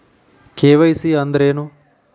KYC ಅಂದ್ರೇನು?